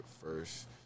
first